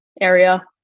area